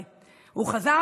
בעוז.